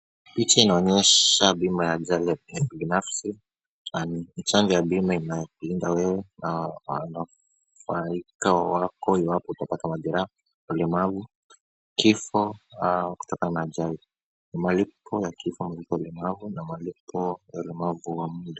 Picha inaonyesha bima ya ajali ya kibinafsi, na ni mchango wa bima inayolinda wewe wanaonufaika wako iwapo utapata majeraha wa ulemavu. Kifo au kutokana na ajali. Ni malipo ya kifo malipo ulemavu na malipo ya ulemavu wa muda.